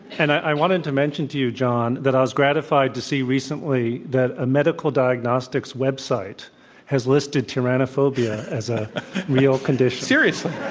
and i wanted to mention to you, john, that i was gratified to see recently that a medical diagnostics website has listed tyrannophob ia as a real condition. seriously?